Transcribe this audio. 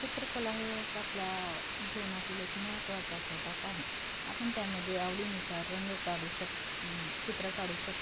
चित्रकला हे एक आपल्या जीवनातील एक महत्त्वाचा घटक आहे आपण त्यामध्येे आवडीनुसार रंग काढू शक चित्र काढू शक